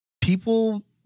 people